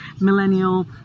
millennial